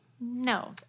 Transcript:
no